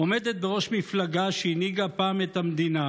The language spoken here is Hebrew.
עומדת בראש מפלגה שהנהיגה פעם את המדינה